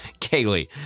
Kaylee